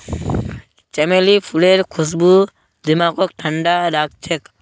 चमेली फूलेर खुशबू दिमागक ठंडा राखछेक